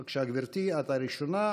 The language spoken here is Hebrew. בבקשה, גברתי, את הראשונה.